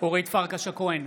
אורית פרקש הכהן,